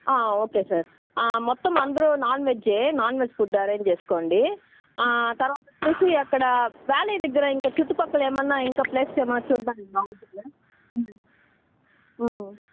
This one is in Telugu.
ఓకే సార్ మొత్తం అందరూ నాన్వెజ్జే నాన్వెజ్ ఫుడ్ అరేంజ్ చేసుకోండి తరువాతోచ్చేసి అక్కడ వ్యాలీ దగ్గర ఇంకా చుట్టూ పక్కల ఏమన్నా ఇంకా ప్లేసెస్ ఏమన్నా చూడ్డానికి బాగుంటుందా